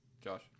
Josh